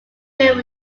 built